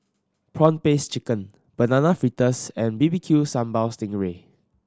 prawn paste chicken Banana Fritters and B B Q Sambal sting ray